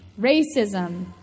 racism